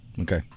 Okay